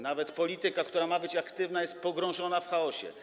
Nawet polityka, która ma być aktywna, jest pogrążona w chaosie.